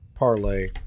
parlay